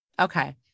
Okay